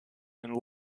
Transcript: and